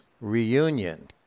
reunion